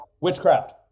witchcraft